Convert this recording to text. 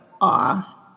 awe